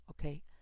okay